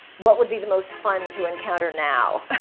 what would be the most fun to encounter now?